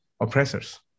oppressors